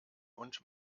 und